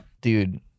Dude